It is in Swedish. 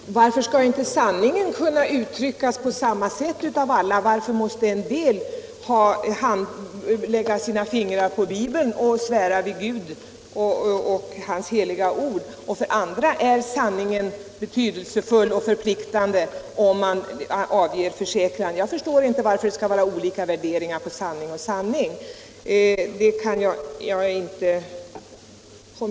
Herr talman! Varför skall inte en sanningsförsäkran kunna uttryckas på samma sätt av alla? Varför måste en del lägga sina fingrar på Bibeln och svära vid Gud och Hans heliga ord, medan för andra en försäkran skall vara förpliktande. Jag förstår inte varför det skall vara olika värderingar på sanning och sanning.